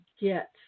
get